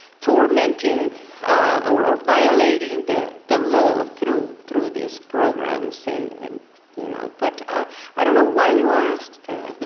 tormenting or violating and the the law through through these programs and and you know. but ah i don't know why you ask